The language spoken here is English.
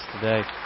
today